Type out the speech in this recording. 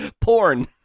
porn